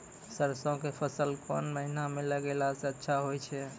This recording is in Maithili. सरसों के फसल कोन महिना म लगैला सऽ अच्छा होय छै?